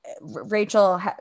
Rachel